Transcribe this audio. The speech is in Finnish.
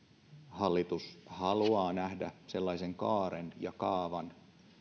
hallitus haluaa nähdä sellaisen kaaren ja kaavan